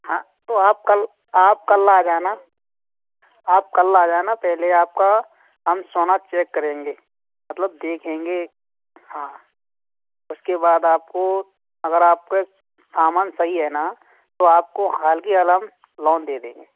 हाँ तो आप कल आप कल आ जाना आप कल आ जाना पहले आपका हम सोना चेक करेंगे मतलब देखेंगे हाँ उसके बाद आपको अगर आपका सामान सही है ना तो आपको हाल की हाल हम लोन दे देंगे